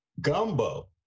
gumbo